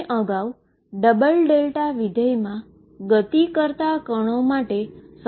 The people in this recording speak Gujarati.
મેં અગાઉ ડબલ ડેલ્ટા ફંક્શનમાં ગતિ કરતા પાર્ટીકલ માટે પોટેંશિઅલ લખેલ છે